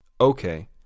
Okay